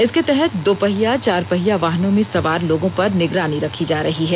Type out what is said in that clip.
इसके तहत दो पहिया चार पहिया वाहनों में सवार लोगों पर निगरानी रखी जा रही है